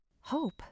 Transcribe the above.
Hope